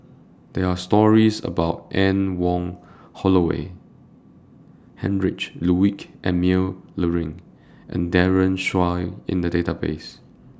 There Are stories about Anne Wong Holloway Heinrich Ludwig Emil Luering and Daren Shiau in The Database